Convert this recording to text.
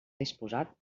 disposat